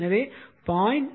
எனவே 0